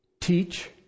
Teach